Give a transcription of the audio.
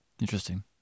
Interesting